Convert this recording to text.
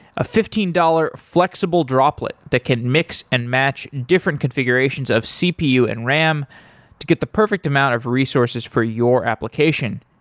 a fifteen dollars flexible droplet that can mix and match different configurations of cpu and ram to get the perfect amount of resources for your application.